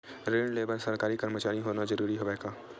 ऋण ले बर सरकारी कर्मचारी होना जरूरी हवय का?